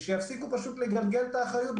ושיפסיקו פשוט לגלגל את האחריות,